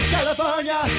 California